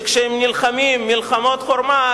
שכשהם נלחמים מלחמות חורמה,